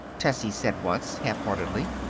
tessie said once, halfheartedly.